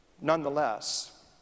nonetheless